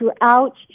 throughout